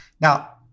Now-